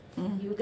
mm